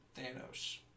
Thanos